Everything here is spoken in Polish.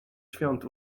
świąt